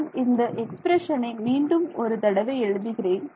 நான் இந்த எக்ஸ்பிரஷனை மீண்டும் ஒரு தடவை எழுதுகிறேன்